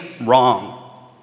wrong